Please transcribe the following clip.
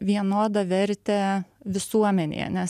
vienodą vertę visuomenėje nes